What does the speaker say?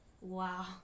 wow